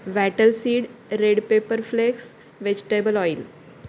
wattle seed red paper flex vegetable oil